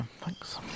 Thanks